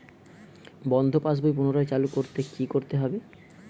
বন্ধ passbook পুনরায় চালু করতে কি করতে হবে?